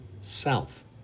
south